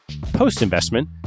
Post-investment